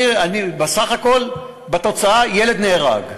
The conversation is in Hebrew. סך הכול התוצאה היא שילד נהרג.